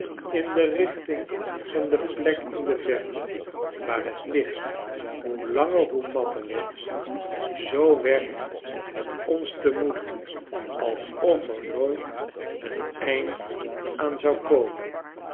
in de richting van de plek in de verte waar het licht hoe langer hoe matter werd zoo werd het ons te moede alsof ernooit een eind aan zou komen